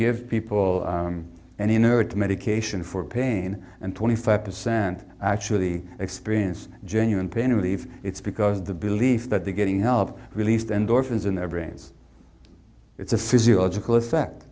give people an inert medication for pain and twenty five percent actually experience genuine pain relief it's because of the belief that they're getting help released endorphins in their brains it's a physiological effect